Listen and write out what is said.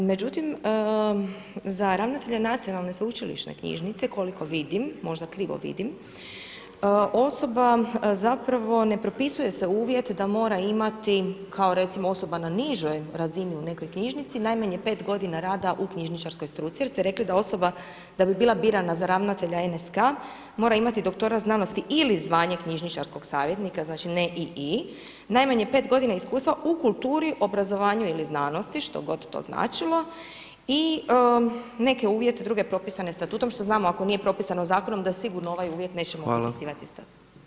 Međutim, za ravnatelja Nacionalne sveučilišne knjižnice koliko vidim, možda krivo vidim osoba zapravo ne propisuje se uvjet da mora imati kao recimo osoba na nižoj razini u nekoj knjižnici najmanje 5 godina rada u knjižničarskoj struci jer ste rekli da osoba da bi bila birana za ravnatelja NSK mora imati doktorat znanosti ili zvanje knjižničarskog savjetnika znači ne i i, najmanje 5 godina iskustva u kulturi, obrazovanju ili znanosti što god to značilo i neke uvjete propisane statutom što znamo ako nije propisano zakonom da ovaj uvjet nećemo [[Upadica: Hvala.]] nećemo propisivati statutom.